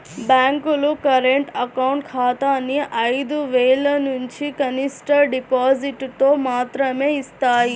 బ్యేంకులు current account ఖాతాని ఐదు వేలనుంచి కనిష్ట డిపాజిటుతో మాత్రమే యిస్తాయి